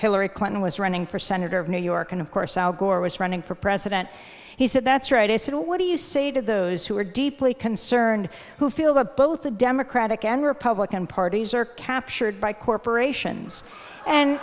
hillary clinton was running for senator of new york and of course al gore was running for president he said that's right i said what do you say to those who are deeply concerned who feel that both the democratic and republican parties are captured by corporations and